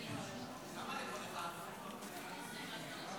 אירועי הטרור של כ"ב בתשרי (7 באוקטובר)